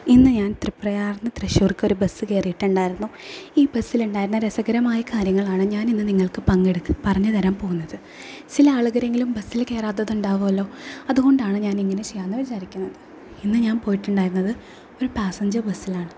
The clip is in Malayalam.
ഇന്ന് ഞാൻ തൃപ്രയാറിൽ നിന്ന് തൃശ്ശൂർക്കൊരു ബസ്സ് കയറിയിട്ടുണ്ടായിരുന്നു ഈ ബസ്സിലുണ്ടായിരുന്ന രസകരമായ കാര്യങ്ങളാണ് ഞാനിന്ന് നിങ്ങൾക്ക് പങ്കെടു പറഞ്ഞ് തരാൻ പോകുന്നത് ചില ആളുകളെല്ലാം ബസ്സിൽ കയറാത്തതുണ്ടാകുമല്ലോ അതുകൊണ്ടാണ് ഞാനിങ്ങനെ ചെയ്യാമെന്ന് വിചാരിക്കുന്നത് ഇന്ന് ഞാൻ പോയിട്ടുണ്ടായിരുന്നത് ഒരു പാസഞ്ചർ ബസ്സിലാണ്